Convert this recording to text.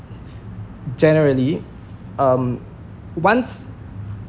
generally um once